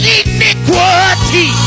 iniquity